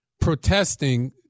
protesting